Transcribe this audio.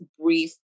brief